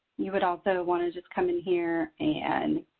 you would also want to just come in here and